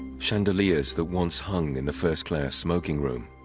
chandeliers the once hung in the first-class smoking room